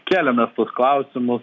kėlėme klausimus